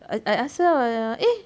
I ask her ah eh